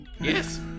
Yes